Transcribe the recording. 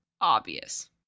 obvious